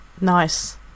nice